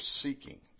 seeking